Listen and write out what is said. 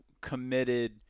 committed